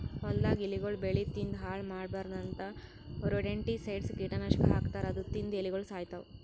ಹೊಲ್ದಾಗ್ ಇಲಿಗೊಳ್ ಬೆಳಿ ತಿಂದ್ ಹಾಳ್ ಮಾಡ್ಬಾರ್ದ್ ಅಂತಾ ರೊಡೆಂಟಿಸೈಡ್ಸ್ ಕೀಟನಾಶಕ್ ಹಾಕ್ತಾರ್ ಅದು ತಿಂದ್ ಇಲಿಗೊಳ್ ಸಾಯ್ತವ್